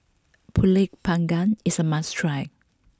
Pulut Panggang is a must try